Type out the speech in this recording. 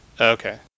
Okay